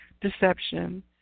deception